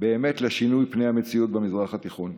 באמת לשינוי פני המציאות במזרח התיכון.